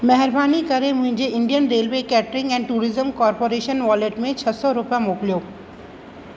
महिरबानी करे मुंहिंजे Indian Railway Catering and Tourism Corporation wallet में छ सौ रुपिया मोकिलियो